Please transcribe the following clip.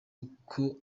uko